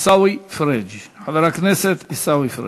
חבר הכנסת עיסאווי פריג',